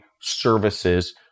services